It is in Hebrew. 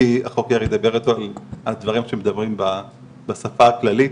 כי החוקר יידבר אתו על דברים שמדברים בשפה הכללית,